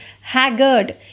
haggard